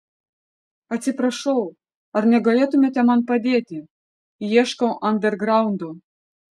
atsiprašau ar negalėtumėte man padėti ieškau andergraundo